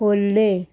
खोर्लें